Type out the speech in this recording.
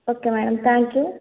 okay madam thank you